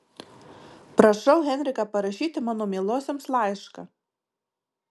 prašau henriką parašyti mano mielosioms laišką